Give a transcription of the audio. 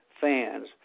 fans